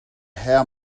how